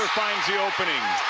finds the opening.